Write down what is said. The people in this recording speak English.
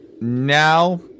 Now